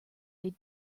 they